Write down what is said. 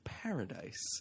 Paradise